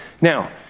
Now